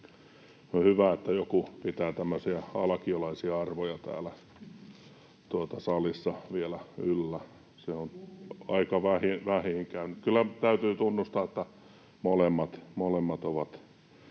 On hyvä, että joku pitää tämmöisiä alkiolaisia arvoja täällä salissa vielä yllä. Se on aika vähiin käynyt. [Toimi Kankaanniemi: Kumpi?] — Kyllä täytyy tunnustaa, että molemmat ovat